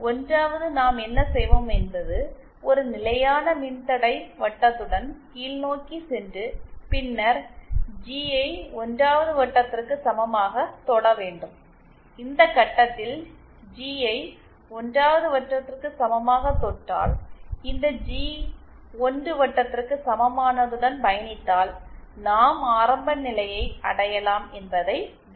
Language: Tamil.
எனவே 1 வது நாம் என்ன செய்வோம் என்பது ஒரு நிலையான மின்தடை வட்டத்துடன் கீழ்நோக்கிச் சென்று பின்னர் ஜி ஐ 1 வட்டத்திற்கு சமமாகத் தொட வேண்டும் இந்த கட்டத்தில் Gஜி ஐ 1 வட்டத்திற்கு சமமாகத் தொட்டால் இந்த ஜி 1 வட்டத்திற்கு சமமானதுடன் பயணித்தால் நாம் ஆரம்பநிலையை அடையலாம் என்பதை கவனிக்க வேண்டும்